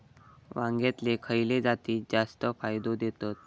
वांग्यातले खयले जाती जास्त फायदो देतत?